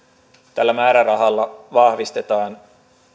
tällä määrärahalla vahvistetaan